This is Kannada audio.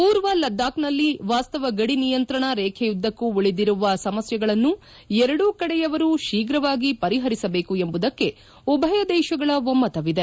ಪೂರ್ವ ಲಾಡಕ್ನಲ್ಲಿ ವಾಸ್ತವ ಗಡಿ ನಿಯಂತ್ರಣ ರೇಬೆಯುದ್ದಕ್ಕೂ ಉಳಿದಿರುವ ಸಮಸ್ಥೆಗಳನ್ನು ಎರಡೂಕಡೆಯವರು ಶೀಘವಾಗಿ ಪರಿಹರಿಸಬೇಕು ಎಂಬುದಕ್ಷೆ ಉಭಯ ದೇಶಗಳ ಒಮ್ನತವಿದೆ